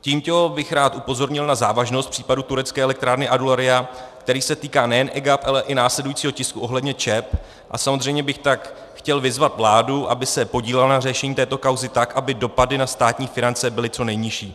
Tímto bych rád upozornil na závažnost případu turecké elektrárny Adularya, který se týká nejen EGAP, ale i následujícího tisku ohledně ČEB, a samozřejmě bych tak chtěl vyzvat vládu, aby se podílela na řešení této kauzy tak, aby dopady na státní finance byly co nejnižší.